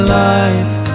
life